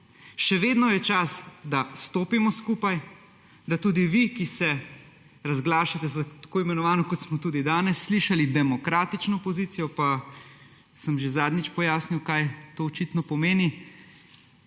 še vedno je čas, da stopimo skupaj, da tudi vi, ki ste razglašate za tako imenovano, kot smo tudi danes slišali, demokratično opozicijo, pa sem že zadnjič pojasnil, kaj to očitno pomeni,